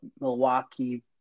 Milwaukee